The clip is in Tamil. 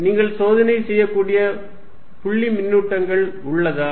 நீங்கள் சோதனை செய்யக்கூடிய புள்ளி மின்னூட்டங்கள் உள்ளதா